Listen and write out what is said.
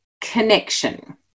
connection